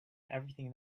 everything